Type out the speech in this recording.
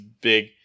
big